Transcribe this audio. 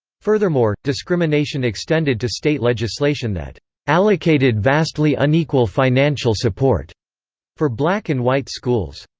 furthermore, discrimination extended to state legislation that allocated vastly unequal financial support for black and white schools.